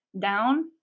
down